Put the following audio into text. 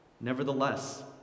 nevertheless